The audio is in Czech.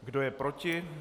Kdo je proti?